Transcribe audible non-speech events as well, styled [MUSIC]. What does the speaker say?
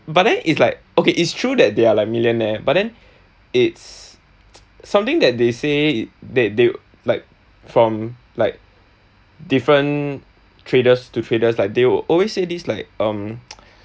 but then it's like okay it's true that they are like millionaire but then it's something that they say that they like from like different traders to traders like they will always say this like um [NOISE]